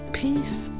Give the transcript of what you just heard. peace